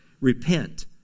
Repent